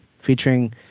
featuring